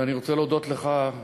ואני רוצה להודות לך,